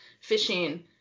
fishing